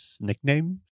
nickname